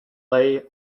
leigh